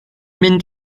mynd